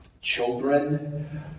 children